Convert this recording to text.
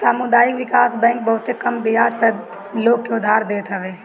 सामुदायिक विकास बैंक बहुते कम बियाज दर पअ लोग के उधार देत हअ